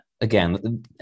Again